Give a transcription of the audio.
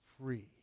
free